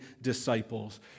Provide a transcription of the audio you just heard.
disciples